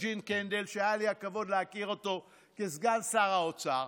שהיה לי הכבוד להכיר אותו כסגן שר האוצר,